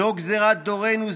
זו גזרת דורנו.